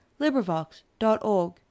LibriVox.org